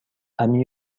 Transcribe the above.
ami